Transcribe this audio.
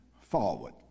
forward